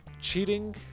Cheating